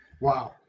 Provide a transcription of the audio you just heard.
Wow